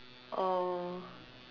oh